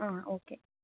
ஆ okay